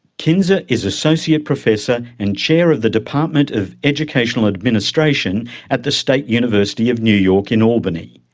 kinser is associate professor and chair of the department of educational administration at the state university of new york in albany.